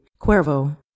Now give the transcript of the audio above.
cuervo